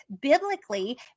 biblically